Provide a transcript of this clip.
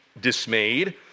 dismayed